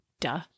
Duh